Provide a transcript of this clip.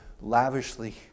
lavishly